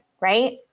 Right